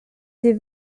ses